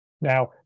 Now